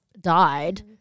died